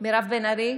מירב בן ארי,